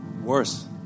Worse